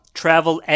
travel